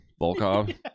Volkov